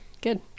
good